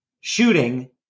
shooting